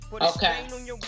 Okay